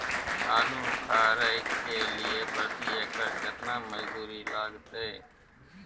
आलू उखारय के लिये प्रति एकर केतना मजदूरी लागते?